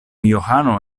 johano